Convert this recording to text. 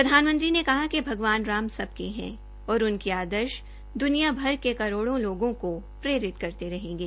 प्रधानमंत्री ने कहा कि भगवान राम सबके है और उनके आदर्श द्रनियाभर के करोड़ो लोगों को प्रेरित करते रहेंगे